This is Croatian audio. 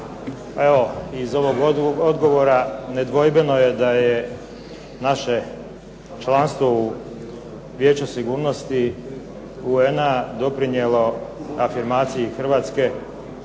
iz ovog odgovora nedvojbeno je da je naše članstvo u Vijeću sigurnosti UN-a doprinijelo afirmaciji Hrvatske